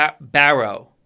Barrow